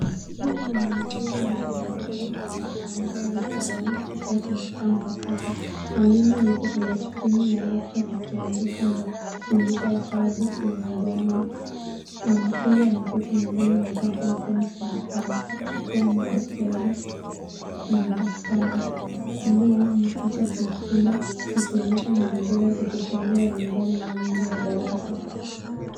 Huyu ni mwanafunzi anaye endelea masomo kwa njia ya mtandaoni kupitia kompyuta mpakato. Mwalimu yuko kwenye skrini ya laptop akiandika na kufundisha hesabu kwenye ubaoni. Mwanafunzi ameketi mezani amevaa headphones na anachukua madokezo kwenye daftari. Kulia mwa picha kuna kikombe ikionyesha mazingira ya kujifunzia nyumbani au nje ya darasa.